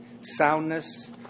soundness